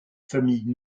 famille